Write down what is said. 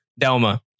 Delma